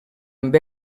amb